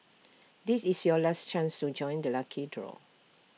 this is your last chance to join the lucky draw